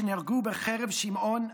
שנהרגו בחרב שמעון,